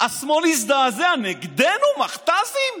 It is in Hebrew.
השמאל הזדעזע: נגדנו מכת"זים?